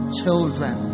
children